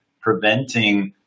preventing